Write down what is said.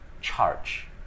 charge